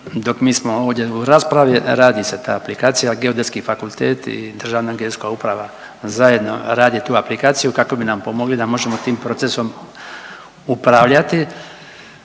dok mi smo ovdje u raspravi radi se ta aplikacija, Geodetski fakultet i Državna geodetska uprava zajedno rade tu aplikaciju kako bi nam pomogli da možemo tim procesom upravljati,